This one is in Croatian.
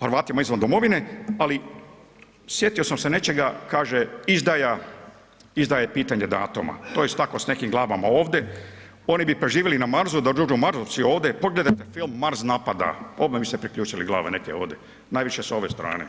Hrvatima izvan domovine, ali sjetio sam se nečega, kaže izdaja, izdaje pitanje datuma, to je tako s nekim glavama ovde, oni bi preživeli na Marsu da dođu marsovci ovde, pogledajte film Mars napada, odma bi se priključili glave neke ovde, najviše s ove strane.